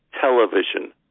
television